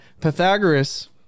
Pythagoras